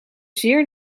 zeer